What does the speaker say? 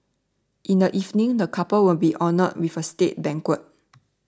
in the evening the couple will be honoured with a state banquet